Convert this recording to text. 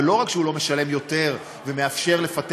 ולא רק שהוא לא משלם יותר ומאפשר לפתח